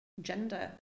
gender